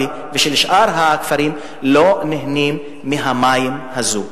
ושל שאר הכפרים לא נהנים מהמים האלה.